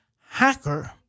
hacker